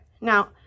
Now